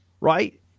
right